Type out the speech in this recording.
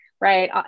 right